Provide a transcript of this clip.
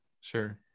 Sure